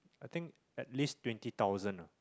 I think at least twenty thousand ah